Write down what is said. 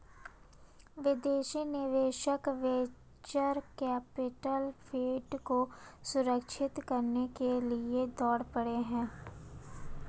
विदेशी निवेशक venture capital fund को सुरक्षित करने के लिए दौड़ पड़े हैं